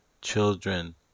children